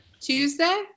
Tuesday